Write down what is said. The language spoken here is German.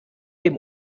dem